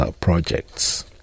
projects